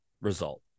result